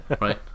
Right